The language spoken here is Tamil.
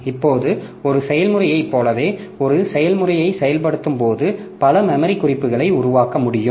இப்போது ஒரு செயல்முறையைப் போலவே ஒரு செயல்முறையைச் செயல்படுத்தும்போது பல மெமரி குறிப்புகளை உருவாக்க முடியும்